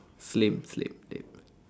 it's lame lame lame